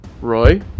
Roy